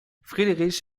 friedrich